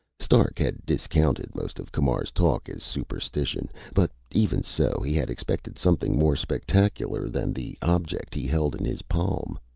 stark had discounted most of camar's talk as superstition, but even so he had expected something more spectacular than the object he held in his palm.